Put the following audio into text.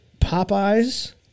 Popeye's